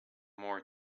more